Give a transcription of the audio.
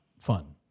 fun